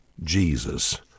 jesus